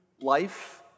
life